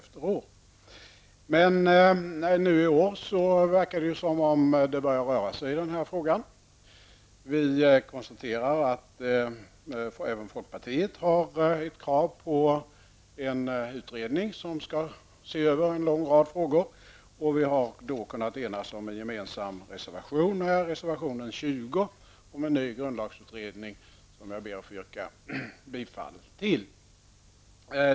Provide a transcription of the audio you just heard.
I år verkar det emellertid som om det börjar röra sig i den här frågan. Vi konstaterar att även folkpartiet har rest krav på en utredning, som skall se över en lång rad frågor. Folkpartiet och centern har då enat sig om en gemensam reservation, reservation 20 om en ny grundlagsutredning, som jag härmed yrkar bifall till.